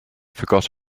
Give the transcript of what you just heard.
forgot